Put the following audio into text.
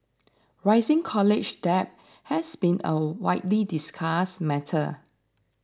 rising college debt has been a widely discussed matter